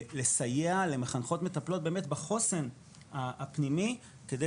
לסייע למחנכות מטפלות באמת בחוסן הפנימי כדי